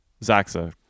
Zaxa